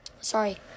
sorry